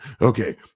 Okay